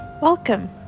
Welcome